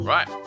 Right